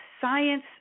science